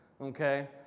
okay